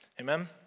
Amen